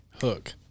Hook